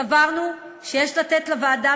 סברנו שיש לתת לוועדה,